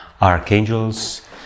archangels